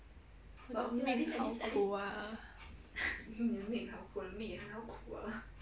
我命好苦啊